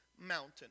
mountain